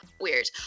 weird